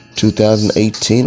2018